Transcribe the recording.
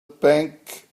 bank